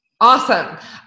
Awesome